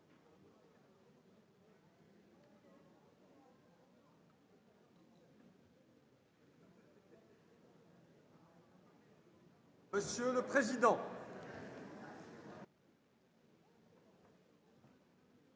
Monsieur le président,